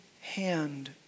hand